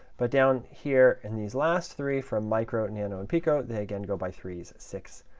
but down here in these last three, for micro, nano, and pico, they again go by threes, six,